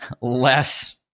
less